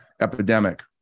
epidemic